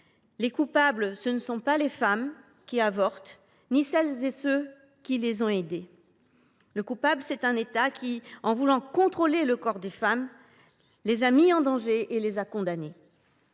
les coupables, ce ne sont pas les femmes qui avortent ni celles et ceux qui les ont aidées. Le coupable, c’est l’État, qui, en voulant contrôler le corps des femmes, les a mises en danger et les a condamnées.